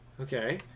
Okay